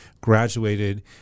graduated